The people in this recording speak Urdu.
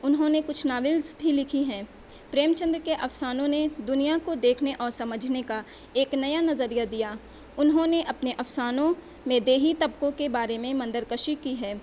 انہوں نے کچھ ناولس بھی لکھی ہیں پریم چند کے افسانوں نے دنیا کو دیکھنے اور سمجھنے کا ایک نیا نظریہ دیا انہوں نے اپنے افسانوں میں دیہی طبقوں کے بارے میں منظرکشی کی ہے